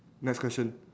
next question